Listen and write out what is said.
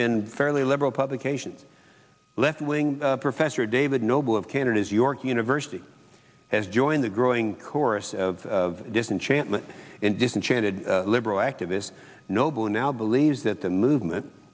fairly liberal publications left wing professor david noble of canada's york university has joined the growing chorus of disenchantment and disenchanted liberal activist noble now believes that the movement